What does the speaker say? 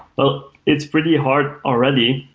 but it's pretty hard already.